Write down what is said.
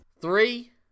Three